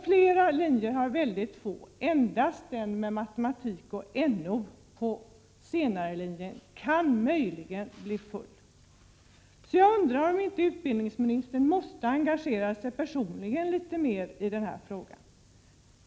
Flera linjer har väldigt få förstahandssökande. Endast linjen för senarelärare i matema tik och NO kan möjligen bli full. Jag undrar om inte utbildningsministern personligen måste engagera sig litet mer i denna fråga.